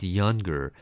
younger